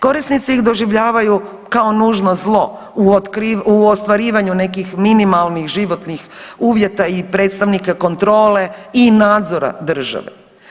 Korisnici ih doživljaju kao nužno zlo u ostvarivanju nekih minimalnih životnih uvjeta i predstavnika kontrole i nadzora države.